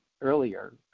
earlier